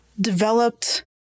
developed